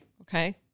Okay